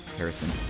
Harrison